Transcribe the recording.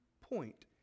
point